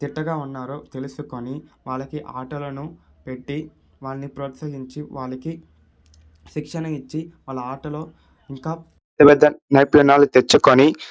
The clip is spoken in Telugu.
దిట్టగా ఉన్నారో తెలుసుకొని వాళ్ళకి ఆటలను పెట్టి వారిని ప్రోత్సహించి వాళ్ళకి శిక్షణ ఇచ్చి వాళ్ళు ఆటలో ఇంకా నైపుణ్యాలు తెచ్చుకొని